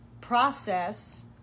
process